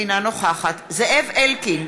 אינה נוכחת זאב אלקין,